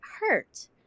hurt